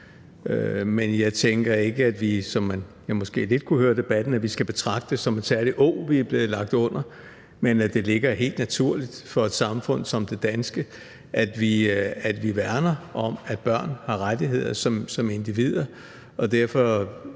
men jeg tænker ikke, at vi, som man måske lidt kunne høre af debatten, skal betragte det som et særligt åg, vi er blevet lagt under, men at det ligger helt naturligt for et samfund som det danske, at vi værner om, at børn har rettigheder som individer. Derfor